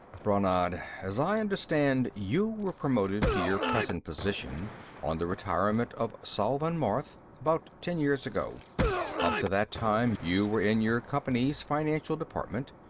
brannad, as i understand, you were promoted to your present position on the retirement of salvan marth, about ten years ago up to that time, you were in your company's financial department.